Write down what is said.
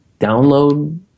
download